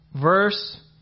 verse